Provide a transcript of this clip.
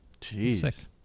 Jeez